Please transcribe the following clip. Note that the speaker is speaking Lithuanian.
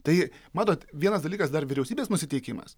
tai matot vienas dalykas dar vyriausybės nusiteikimas